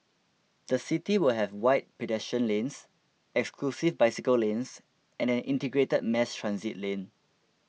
the city will have wide pedestrian lanes exclusive bicycle lanes and an integrated mass transit lane